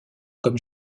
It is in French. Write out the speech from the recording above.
comme